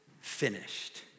finished